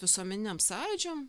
visuomeniniam sąjūdžiam